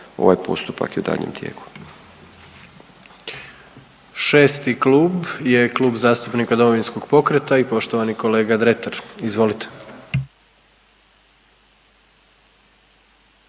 **Jandroković, Gordan (HDZ)** Šesti klub je Klub zastupnika Domovinskom pokreta i poštovani kolege Dretar. Izvolite.